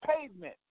pavement